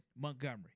Montgomery